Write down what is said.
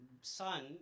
Son